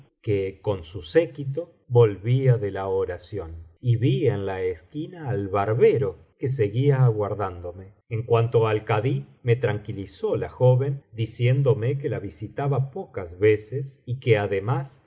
que con su séquito volvía de la oración i vi en la esquina al barbero que seguía aguardándome en cuanto al kadí me tranquilizó la joven diciéndome que la visitaba pocas veces y que además